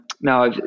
now